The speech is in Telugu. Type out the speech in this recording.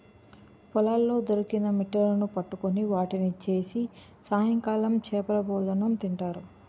పొలాల్లో దొరికిన మిట్టలును పట్టుకొని వాటిని చేసి సాయంకాలం చేపలభోజనం తింటారు